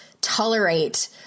tolerate